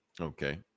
Okay